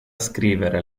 scrivere